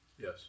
Yes